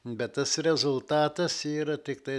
bet tas rezultatas yra tiktai